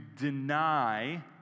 deny